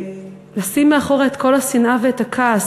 ולשים מאחור את כל השנאה ואת הכעס.